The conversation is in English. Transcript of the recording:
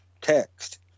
text